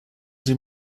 sie